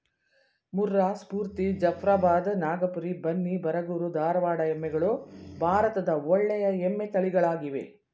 ಮುರ್ರಾ, ಸ್ಪೂರ್ತಿ, ಜಫ್ರಾಬಾದ್, ನಾಗಪುರಿ, ಬನ್ನಿ, ಬರಗೂರು, ಧಾರವಾಡ ಎಮ್ಮೆಗಳು ಭಾರತದ ಒಳ್ಳೆಯ ಎಮ್ಮೆ ತಳಿಗಳಾಗಿವೆ